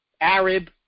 Arab